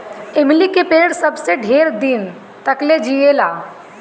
इमली के पेड़ सबसे ढेर दिन तकले जिएला